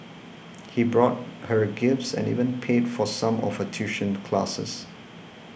he bought her gifts and even paid for some of her tuition classes